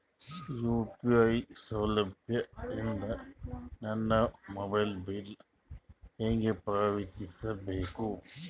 UPI ಸೌಲಭ್ಯ ಇಂದ ನನ್ನ ಮೊಬೈಲ್ ಬಿಲ್ ಹೆಂಗ್ ಪಾವತಿಸ ಬೇಕು?